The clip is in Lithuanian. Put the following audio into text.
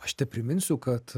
aš tepriminsiu kad